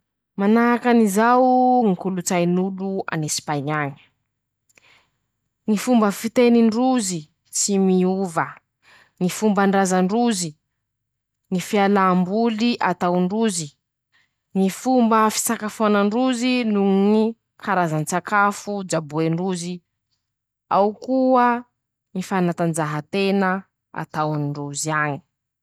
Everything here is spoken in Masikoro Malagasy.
Manahaky anizao ñy kolotsain'olo an'espaiñy añy: -ñy fomba fitenin-drozy ,tsy miova ñy fombandrazan-drozy ;ñy fialam-boly ataondrozy ,ñy fomba fisakafoanan-drozy noho ñy karazan-tsakafo jaboen-drozy ;ao koa ñy fañatanjahan-tena ataondrozy añy.